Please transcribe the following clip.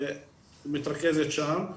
מתרכזת שם.